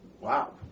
wow